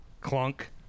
Clunk